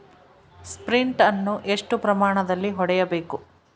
Sprint ಅನ್ನು ಎಷ್ಟು ಪ್ರಮಾಣದಲ್ಲಿ ಹೊಡೆಯಬೇಕು?